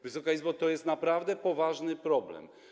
Wysoka Izbo, to jest naprawdę poważny problem.